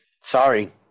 sorry